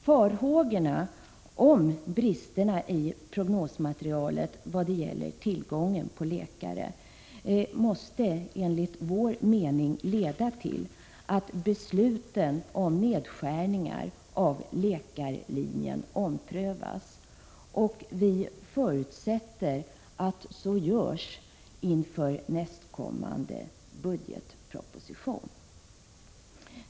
Farhågorna om brister i prognosmaterialet avseende den framtida tillgången på läkare måste enligt vår uppfattning leda till att besluten om nedskärningar på läkarlinjen omprövas. Vi förutsätter att så sker inför framläggandet av nästkommande budgetproposition.